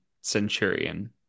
Centurion